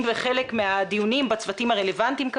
בחלק מהדיונים בצוותים הרלוונטיים.